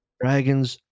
dragons